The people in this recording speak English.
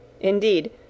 indeed